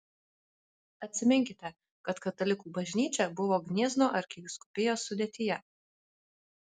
atsiminkite kad katalikų bažnyčia buvo gniezno arkivyskupijos sudėtyje